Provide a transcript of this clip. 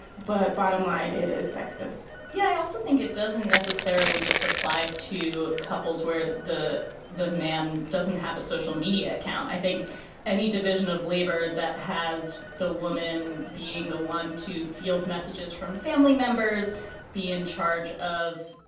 but bottom line, it is sexist yeah. i also think it doesn't necessarily just apply to couples where the the man doesn't have a social media account. i think any division of labor that has the woman being the one to field messages from family members be in charge of,